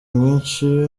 mwinshi